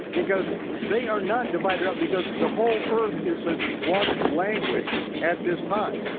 because they are not divided up because the whole earth is ah one language at this time,